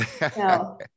no